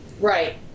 Right